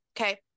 okay